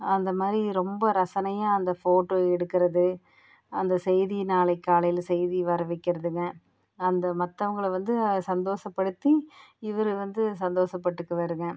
அந்தமாதிரி ரொம்ப ரசனையாக அந்த ஃபோட்டோ எடுக்கிறது அந்த செய்தி நாளைக்கு காலையில் செய்தி வர வைக்கிறதுங்க அந்த மற்றவங்கள வந்து சந்தோஷப்படுத்தி இவர் வந்து சந்தோஷப்பட்டுக்குவாருங்க